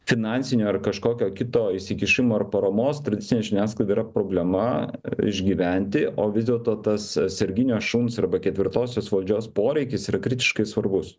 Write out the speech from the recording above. finansinio ar kažkokio kito įsikišimo ar paramos tradicinei žiniasklaidai yra problema išgyventi o vis dėlto tas sarginio šuns arba ketvirtosios valdžios poreikis yra kritiškai svarbus